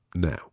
Now